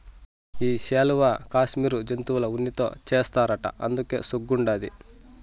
ఈ శాలువా కాశ్మీరు జంతువుల ఉన్నితో చేస్తారట అందుకే సోగ్గుండాది